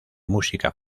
música